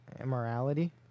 immorality